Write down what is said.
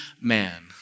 man